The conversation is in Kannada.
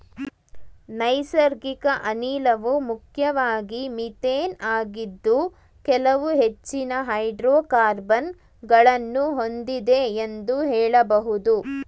ನೈಸರ್ಗಿಕ ಅನಿಲವು ಮುಖ್ಯವಾಗಿ ಮಿಥೇನ್ ಆಗಿದ್ದು ಕೆಲವು ಹೆಚ್ಚಿನ ಹೈಡ್ರೋಕಾರ್ಬನ್ ಗಳನ್ನು ಹೊಂದಿದೆ ಎಂದು ಹೇಳಬಹುದು